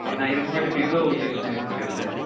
நான் இதுக்கு முன்னாடி விவோ யூஸ் பண்ணிக்கிட்டிருக்கேன் சார்